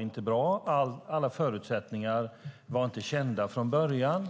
inte var bra och att alla förutsättningar inte var kända från början.